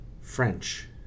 French